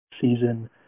season